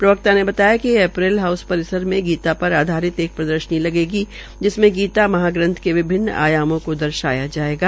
प्रवक्ता ने बताया कि एपैरेल हाउस परिसर में गीत पर आधारित एक प्रदर्शनी भी लगाई जायेगी जिसमें गीता महाग्रंथ के विभिन्न आयामों को दर्शाया जायेगा